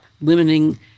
limiting